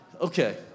Okay